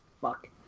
Fuck